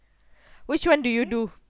which one do you do